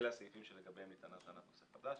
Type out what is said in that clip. אלה הסעיפים לגביהם נטענה טענת נושא חדש.